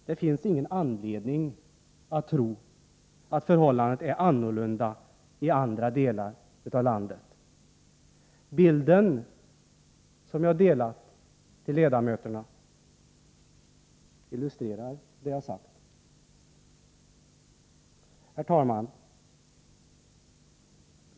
Det finns ingen anledning att tro att förhållandet är annorlunda i andra delar av landet. Bilden som jag delat ut till ledamöterna illustrerar det jag har sagt. Herr talman!